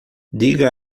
diga